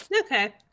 Okay